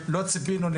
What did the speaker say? הכדורגל, בבקשה.